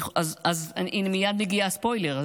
אז הינה, מייד יגיע הספוילר.